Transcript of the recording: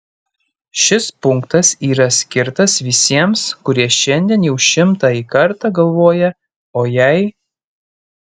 šis punktas yra skirtas visiems kurie šiandien jau šimtąjį kartą galvoja o jei